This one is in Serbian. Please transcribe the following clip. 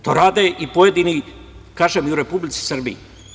To rade i pojedini u Republici Srbiji.